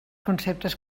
conceptes